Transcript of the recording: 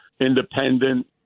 independent